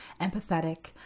empathetic